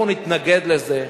אנחנו נתנגד לזה,